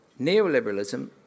Neoliberalism